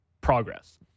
progress